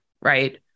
right